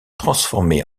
transformé